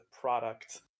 product